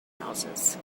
houses